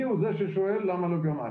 אני הוא זה ששואל למה לא גרמניה,